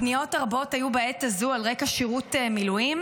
הפניות הרבות היו בעת הזו על רקע שירות מילואים.